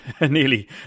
nearly